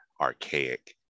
archaic